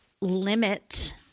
limit